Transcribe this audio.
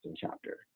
chapter